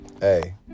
Hey